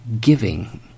giving